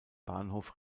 bahnhof